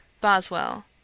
Boswell